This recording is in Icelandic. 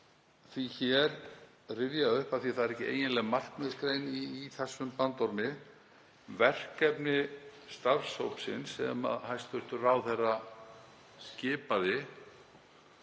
því rifja upp, af því að það er ekki eiginleg markmiðsgrein í þessum bandormi, verkefni starfshópsins sem hæstv. ráðherra skipaði